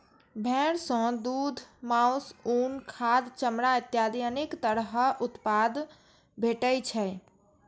भेड़ सं दूघ, मासु, उन, खाद, चमड़ा इत्यादि अनेक तरह उत्पाद भेटै छै